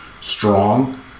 Strong